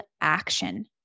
action